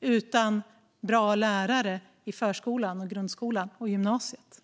utan bra lärare i förskolan, grundskolan och gymnasiet.